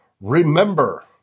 remember